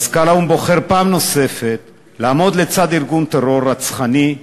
מזכ"ל האו"ם בוחר פעם נוספת לעמוד לצד ארגון טרור רצחני,